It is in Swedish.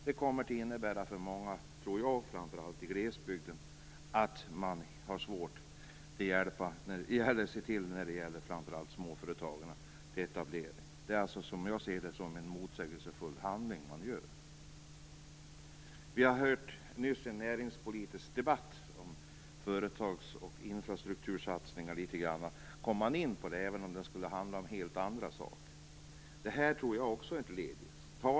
Det kommer att innebära för många, framför allt i glesbygden, att det blir svårt att etablera sig. Det gäller främst småföretagare. Det är alltså en motsägelsefull handling man företar. Vi har nyss hört en näringspolitisk debatt. Företags och infrastruktursatsningar kom man också in på även om debatten skulle handla om helt andra saker. Det är ett led i den här utvecklingen.